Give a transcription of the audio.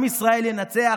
עם ישראל ינצח.